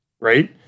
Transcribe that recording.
Right